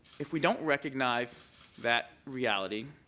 if we don't recognize that reality,